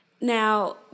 Now